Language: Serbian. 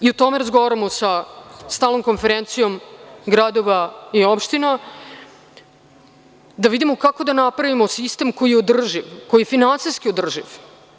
O tome razgovaramo sa Stalnom konferencijom gradova i opština da vidimo kako da napravimo sistem koji je održiv, koji je finansijski održiv.